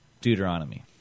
Deuteronomy